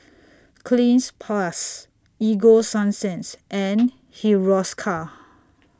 Cleanz Plus Ego Sunsense and Hiruscar